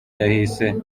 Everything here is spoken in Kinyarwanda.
yahise